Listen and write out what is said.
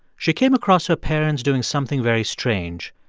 she came across her parents doing something very strange.